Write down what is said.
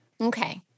Okay